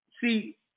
See